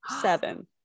seven